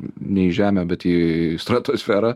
ne į žemę bet į stratosferą